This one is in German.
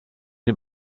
dem